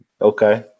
Okay